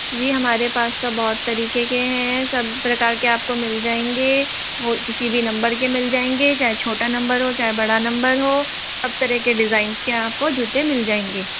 जी हमारे पास तो बहुत तरीके के हैं सब प्रकार के आपको मिल जाएंगे वह किसी भी नम्बर के मिल जाएंगे चाहे छोटा नम्बर हो चाहे बड़ा नम्बर हो सब तरह के डिज़ाइंस के आपको जूते मिल जाएंगे